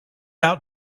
out